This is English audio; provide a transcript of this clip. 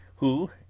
who,